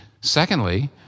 Secondly